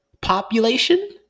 population